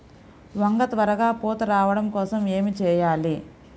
వంగ త్వరగా పూత రావడం కోసం ఏమి చెయ్యాలి?